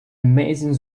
amazing